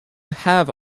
have